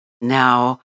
Now